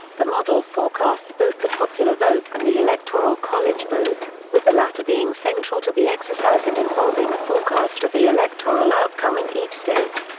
the model forecasts both the popular vote and the electoral college vote, with the latter being central to the exercise and involving a forecast of the electoral outcome in each state.